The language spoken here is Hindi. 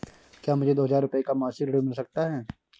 क्या मुझे दो हजार रूपए का मासिक ऋण मिल सकता है?